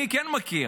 אני כן מכיר,